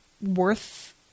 worth